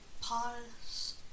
pause